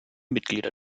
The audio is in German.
mitglieder